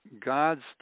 God's